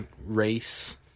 race